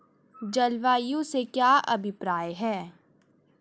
जलवायु से क्या अभिप्राय है?